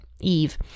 Eve